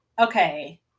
okay